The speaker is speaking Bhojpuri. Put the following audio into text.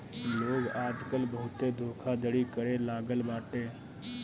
लोग आजकल बहुते धोखाधड़ी करे लागल बाटे